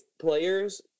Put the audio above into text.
players